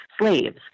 slaves